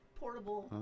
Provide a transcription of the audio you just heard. portable